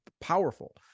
powerful